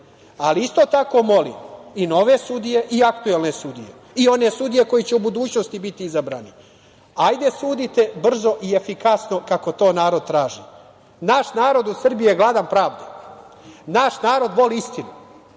Isto tako molim i nove sudije i aktuelne sudije i one sudije koje će u budućnosti biti izabrane, hajde sudite brzo i efikasno kako to narod traži. Naš narod u Srbiji je gladan pravde, naš narod voli istinu.